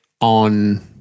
on –